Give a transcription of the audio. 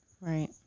Right